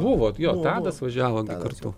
buvo jo tadas važiavo kartu